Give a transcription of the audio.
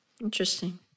Interesting